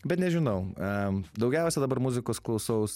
bet nežinau daugiausiai dabar muzikos klausaus